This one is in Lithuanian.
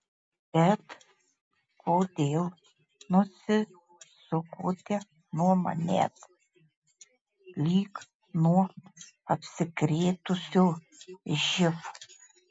bet kodėl nusisukote nuo manęs lyg nuo apsikrėtusio živ